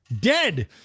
dead